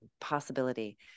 possibility